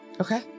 Okay